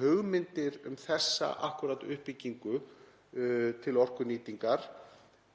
hugmyndir um akkúrat uppbyggingu til orkunýtingar